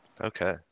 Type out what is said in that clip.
okay